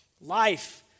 Life